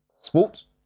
Sports